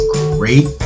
great